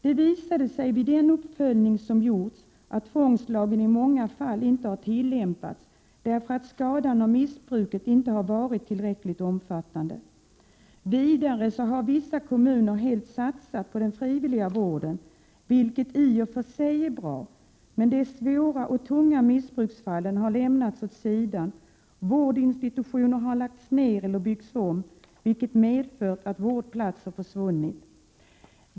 Den uppföljning som har genomförts beträffande tvångslagen har visat att denna i många fall inte har kunnat tillämpas, t.ex. därför att den skada som missbruket medfört inte har varit tillräckligt omfattande. Vissa kommuner har helt satsat på den frivilliga vården, vilket i och för sig är bra, men de svåra och tunga missbruksfallen här därmed lämnats åt sidan. Vårdinstitutioner har lagts ned eller byggts om vilket medfört att vårdplatser försvunnit.